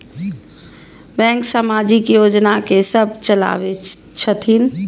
Bank समाजिक योजना की सब चलावै छथिन?